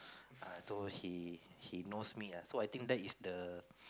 err so he he knows me lah so I think that is the